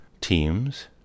teams